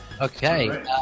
Okay